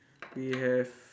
we have